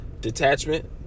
detachment